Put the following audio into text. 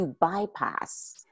bypass